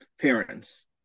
parents